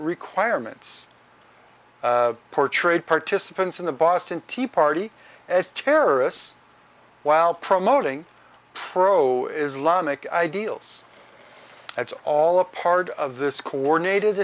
requirements portrayed participants in the boston tea party as terrorists while promoting pro islamic ideals it's all a part of this coordinat